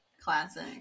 Classic